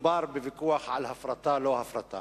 מדובר בוויכוח על הפרטה או לא הפרטה.